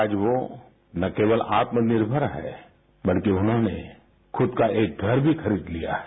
आज वो ना केवल आत्मनिर्मर है बल्कि उन्होंने खुद का एक घर भी खरीद लिया है